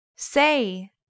Say